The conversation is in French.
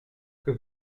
que